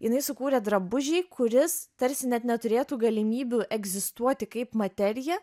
jinai sukūrė drabužį kuris tarsi net neturėtų galimybių egzistuoti kaip materija